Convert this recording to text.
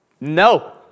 No